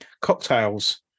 cocktails